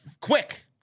quick